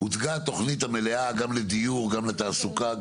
הוצגה תוכנית מלאה גם לדיור וגם לתעסוקה.